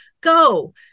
go